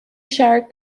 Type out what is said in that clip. shire